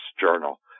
Journal